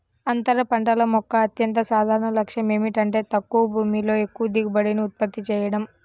అంతర పంటల యొక్క అత్యంత సాధారణ లక్ష్యం ఏమిటంటే తక్కువ భూమిలో ఎక్కువ దిగుబడిని ఉత్పత్తి చేయడం